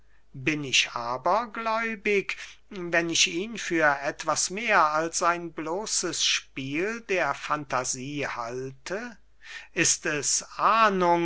bin ich abergläubig wenn ich ihn für etwas mehr als ein bloßes spiel der fantasie halte ist es